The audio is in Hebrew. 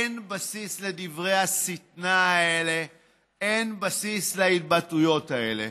אין בסיס לדברי השטנה האלה; אין בסיס להתבטאויות האלה.